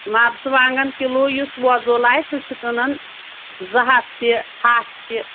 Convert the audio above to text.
مَرژٕوانٛگَن کِلوٗ یُس وۄزُل آسہِ سُہ چھُ کٕنان زٕ ہَتھ تہِ ہَتھ تہِ